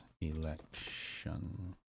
Election